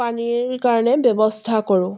পানীৰ কাৰণে ব্যৱস্থা কৰোঁ